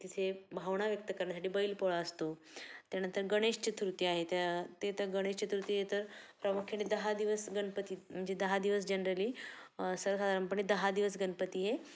तिथे भावना व्यक्त करण्यासाठी बैलपोळा असतो त्यानंतर गणेश चतुर्थी आहे त्या ते त गणेश चतुर्थी हे तर प्रामुख्याने दहा दिवस गणपती म्हणजे दहा दिवस जनरली सर्वसाधारणपणे दहा दिवस गणपती हे